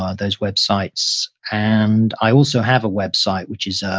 ah those websites. and i also have a website, which is ah